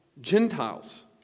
Gentiles